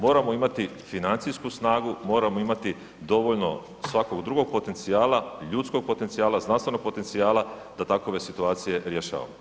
Moramo imati financijsku snagu, moramo imati dovoljno svakog drugog potencijala, ljudskog potencijala, znanstvenog potencijala, da takove situacije rješava.